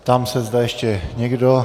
Ptám se, zda ještě někdo?